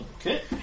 Okay